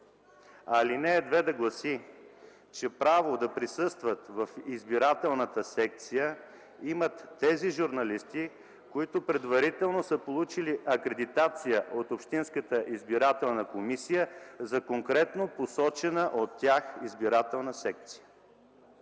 ал. 2 да гласи: „Право да присъстват в избирателната секция имат тези журналисти, които предварително са получили акредитация от общинската избирателна комисия за конкретно посочена от тях избирателна секция”.